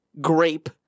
grape